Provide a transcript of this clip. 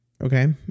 okay